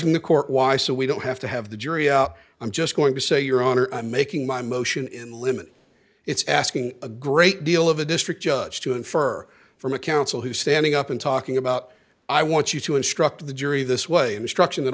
g the court why so we don't have to have the jury i'm just going to say your honor i'm making my motion in limine it's asking a great deal of a district judge to infer from a counsel who's standing up and talking about i want you to instruct the jury this way instruction that